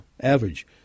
average